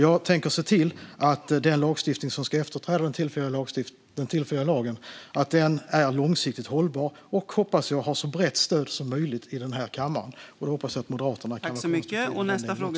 Jag tänker se till att den lagstiftning som ska efterträda den tillfälliga lagen är långsiktigt hållbar och, hoppas jag, har så brett stöd som möjligt i den här kammaren. Jag hoppas att Moderaterna kan vara konstruktiva i den delen också.